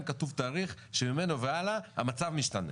כתוב תאריך שממנו והלאה המצב משתנה